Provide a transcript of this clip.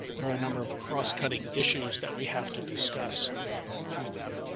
there are a number of cross cutting issues that we have to discuss with them.